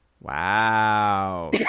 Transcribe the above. Wow